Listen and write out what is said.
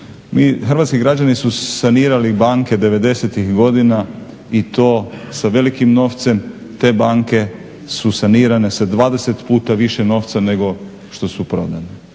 Hrvatski građani su sanirali banke 90. godina i to sa velikim novcem, te banke su sanirane sa 20 puta više novca nego što su prodane.